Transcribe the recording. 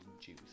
juice